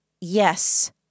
Yes